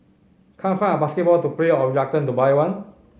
can't find a basketball to play or reluctant to buy one